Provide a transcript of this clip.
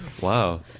Wow